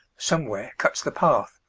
somewhere cuts the path,